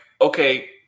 okay